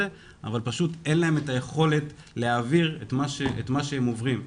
אבל אין להם את היכולת להעביר את מה שהם עוברים.